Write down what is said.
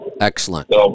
Excellent